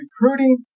recruiting